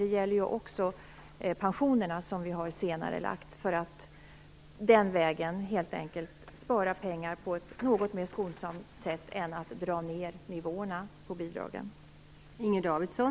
Det gäller ju också pensionerna, där regeringen har senarelagt utbetalningen för att den vägen helt enkelt spara pengar på ett något mer skonsamt sätt än att dra ned nivåerna på bidragen.